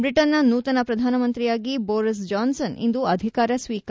ಬ್ರಿಟನ್ನ ನೂತನ ಪ್ರಧಾನಮಂತ್ರಿಯಾಗಿ ಬೋರಿಸ್ ಜಾನ್ಸ್ನ್ ಇಂದು ಅಧಿಕಾರ ಸ್ವೀಕಾರ